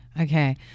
Okay